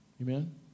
Amen